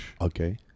Okay